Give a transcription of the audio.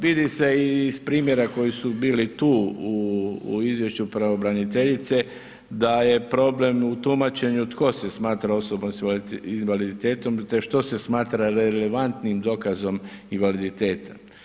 Vidi se i iz primjera koji su bili tu u izvješću pravobraniteljice, da je problem u tumačenju, tko se smatra osoba s invaliditetom, te što se smatra relevantnim dokazom invaliditeta.